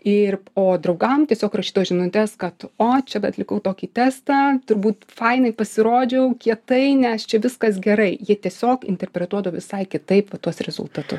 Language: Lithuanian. ir o draugam tiesiog rašydavo žinutes kad o čia atlikau tokį testą turbūt fainai pasirodžiau kietai nes čia viskas gerai jie tiesiog interpretuotų visai kitaip tuos rezultatus